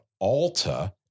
Alta